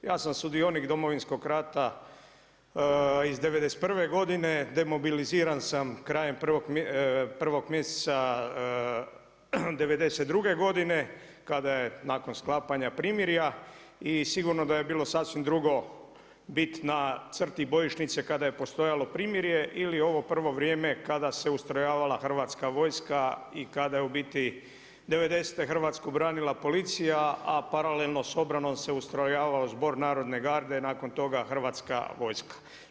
Ja sam sudionik Domovinskog rata iz '91. godine, demobiliziran sam krajem 1. mjeseca '92. godine kada je, nakon sklapanja primjera, i sigurno da je bilo sasvim drugo biti na crti bojišnice kada je postojalo primjere ili ovo prvo vrijeme kada se ustrojavala Hrvatska vojska i kada je u biti '90.-te Hrvatsku branila policija a paralelno sa obranom se ustrojavao Zbor narodne garde i nakon toga Hrvatska vojska.